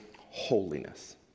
holiness